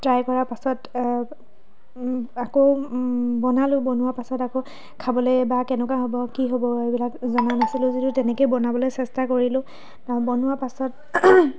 try কৰা পাছত আকৌ বনালোঁ বনোৱাৰ পাছত খাবলৈ বা কেনেকুৱা হ'ব কি হ'ব এইবিলাক জনা নাছিলোঁ যদিও তেনেকেই বনাবলৈ চেষ্টা কৰিলোঁ বনোৱাৰ পাছত